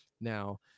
Now